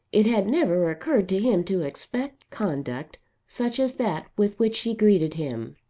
it had never occurred to him to expect conduct such as that with which she greeted him.